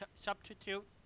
substitute